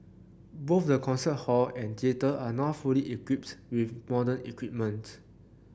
both the concert hall and theatre are now fully equipped with modern equipments